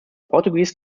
portuguese